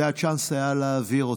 זה הצ'אנס שהיה להעביר אותו.